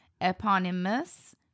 eponymous